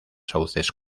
sauces